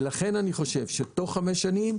ולכן אני חושב שתוך חמש שנים,